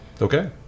Okay